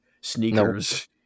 sneakers